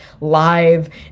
live